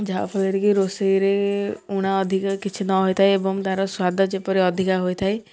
ଯାହାଫଳରେ କି ରୋଷେଇରେ ଉଣା ଅଧିକ କିଛି ନ ହୋଇଥାଏ ଏବଂ ତାର ସ୍ୱାଦ ଯେପରି ଅଧିକା ହୋଇଥାଏ